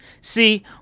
See